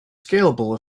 scalable